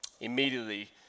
Immediately